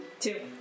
Two